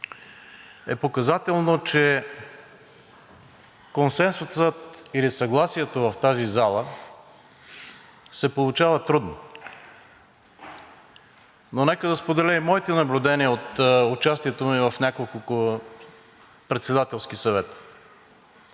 е показателно, че консенсусът или съгласието в тази зала се получава трудно. Но нека да споделя и моите наблюдения от участието ми в няколко председателски съвета.